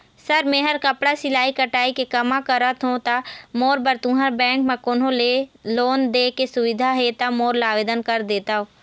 Sir मेहर कपड़ा सिलाई कटाई के कमा करत हों ता मोर बर तुंहर बैंक म कोन्हों लोन दे के सुविधा हे ता मोर ला आवेदन कर देतव?